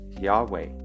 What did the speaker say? Yahweh